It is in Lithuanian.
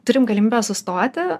turim galimybę sustoti